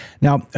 now